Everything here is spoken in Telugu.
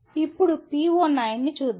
ఇప్పుడు PO9 ని చూద్దాము